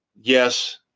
yes